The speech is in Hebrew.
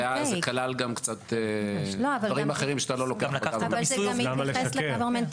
זה כלל גם קצת דברים אחרים שאתה לוקח --- למה לשקר?